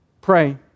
Pray